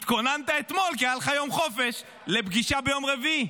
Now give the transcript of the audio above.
התכוננת אתמול כי היה לך יום חופש לפגישה ביום רביעי,